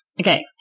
Okay